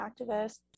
activists